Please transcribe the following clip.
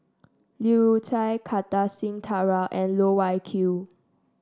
Leu Chye Kartar Singh Thakral and Loh Wai Kiew